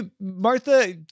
Martha